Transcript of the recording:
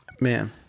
Man